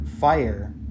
fire